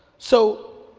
so,